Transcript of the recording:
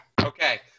Okay